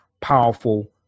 powerful